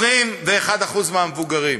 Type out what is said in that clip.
21% מהמבוגרים.